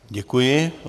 Děkuji.